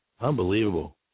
Unbelievable